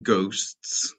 ghosts